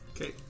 Okay